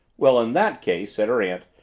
well, in that case, said her aunt,